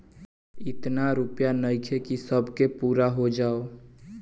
एतना रूपया नइखे कि सब के पूरा हो जाओ